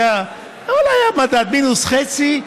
אבל היה מדד מינוס 0.5%,